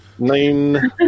nine